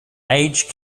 aged